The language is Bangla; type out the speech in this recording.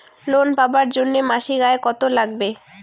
লোন পাবার জন্যে মাসিক আয় কতো লাগবে?